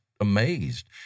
amazed